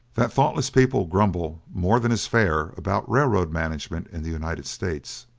that thoughtless people grumble more than is fair about railroad management in the united states.